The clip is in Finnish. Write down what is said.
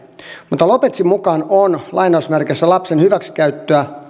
mutta lopezin mukaan on lapsen hyväksikäyttöä